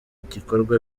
igikorwa